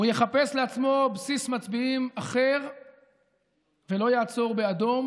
הוא יחפש לעצמו בסיס מצביעים אחר ולא יעצור באדום.